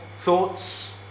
thoughts